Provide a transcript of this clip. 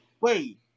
Wait